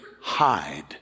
hide